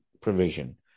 provision